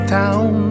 town